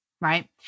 right